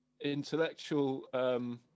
intellectual